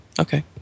okay